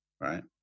right